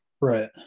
Right